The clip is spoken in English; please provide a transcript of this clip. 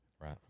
Right